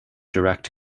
direct